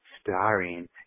starring